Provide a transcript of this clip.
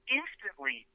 instantly